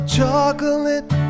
chocolate